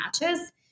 matches